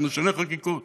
אנחנו נשנה חקיקות,